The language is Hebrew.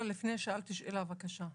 שאלתי שאלה, בבקשה.